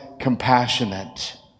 compassionate